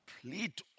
complete